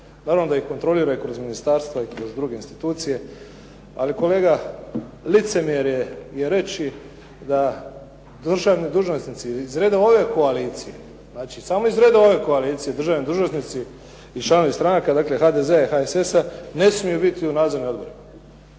Naravno da ih kontrolira i kroz ministarstva i kroz druge institucije. Ali kolega, licemjerje je reći da državni dužnosnici iz redova ove koalicije, znači samo iz redova ove koalicije državni dužnosnici i članovi stranaka, dakle HDZ-a i HSS-a ne smiju biti u nadzornim odborima.